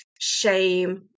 shame